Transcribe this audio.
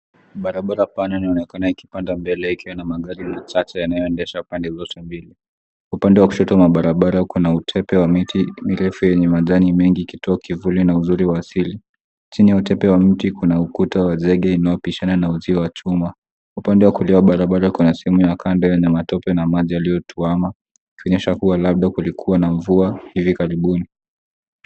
Barabara pana inaonekana ikipanda mbele ikiwa na magari machache yanayoendesha pande zote mbili. Upande wa kushoto wa mabarabara huko na utepe wa miti mirefu yenye majani mengi ikitoa kivuli na uzuri wa asili. Chini ya utepe wa mti kuna ukuta wa zege inayopishana na uzio wa chuma. Upande wa kulia barabara kwa sehemu ya kando yenye matope na maji yaliyotuama, kuonyesha kuwa labda kulikuwa na mvua hivi karibuni.